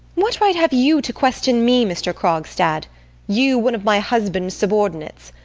what right have you to question me, mr. krogstad you, one of my husband's subordinates!